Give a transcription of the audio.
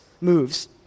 moves